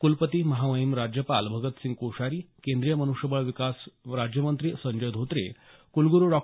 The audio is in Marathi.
कुलपती महामहीम राज्यपाल भगतसिंह कोश्यारी केंद्रीय मनुष्यबळ विकास राज्यमंत्री संजय धोत्रे कुलगुरू डॉ